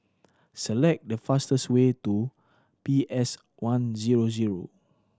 select the fastest way to P S One zero zero